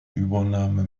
übernahme